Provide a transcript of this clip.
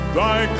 thy